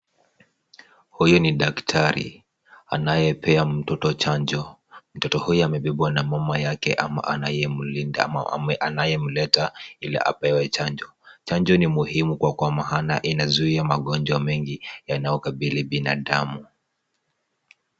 Huyu ni daktari anayempea mtoto chanjo. Mtoto huyu amebebwa na mama yake ama anayemlinda ama anayemleta ili apewe chanjo. Chanjo ni muhimu kwa maana yanazuia magonjwa mengi yanayokabili binadamu.